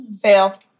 Fail